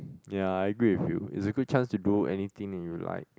yea I agree with you it's a good chance to do anything in your life